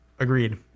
Agreed